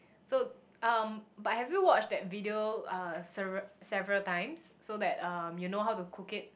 so um but have you watched that video uh several several times so that uh you know how to cook it